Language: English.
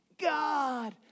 God